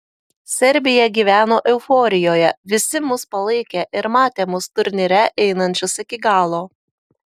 serbija gyveno euforijoje visi mus palaikė ir matė mus turnyre einančius iki galo